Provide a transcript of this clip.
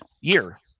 year